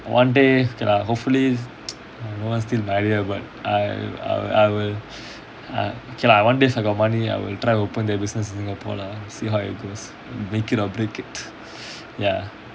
ya one day K lah hopefully no one steal my idea but I'll I'll I'll K lah one day if I got money I will try open the business in singapore lah see how it goes make it or break it ya